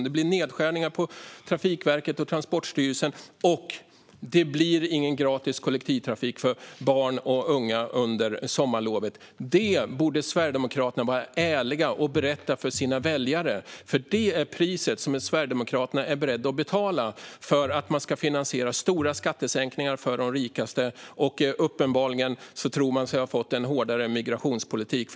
Det blir nedskärningar på Trafikverket och Transportstyrelsen, och det blir ingen gratis kollektivtrafik för barn och unga under sommarlovet. Det borde Sverigedemokraterna vara ärliga och berätta för sina väljare. Det är priset som Sverigedemokraterna är beredda att betala för att man ska finansiera stora skattesänkningar för de rikaste. Uppenbarligen tror de sig ha fått en hårdare migrationspolitik.